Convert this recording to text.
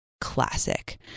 classic